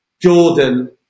Jordan